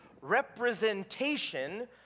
representation